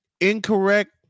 incorrect